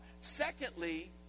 Secondly